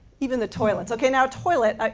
even the toilets. ok, now toilets, ah